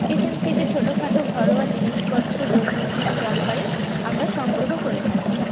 এখান থেকে ছোটোখাটো ঘরোয়া জিনিসপত্র দৈনন্দিন দরকারে আমরা সংগ্রহ করে থাকি